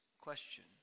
question